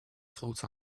floats